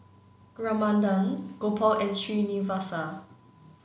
Ramanand Gopal and Srinivasa